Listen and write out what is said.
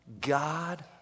God